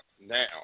now